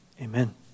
Amen